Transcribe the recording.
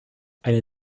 eine